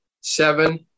seven